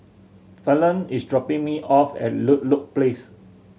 Fallon is dropping me off at Ludlow Place